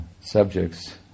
subjects